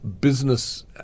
business